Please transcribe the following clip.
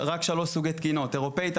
יש רק שלושה סוגי תקינות: אירופית,